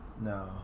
No